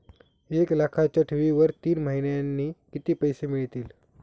एक लाखाच्या ठेवीवर तीन महिन्यांनी किती पैसे मिळतील?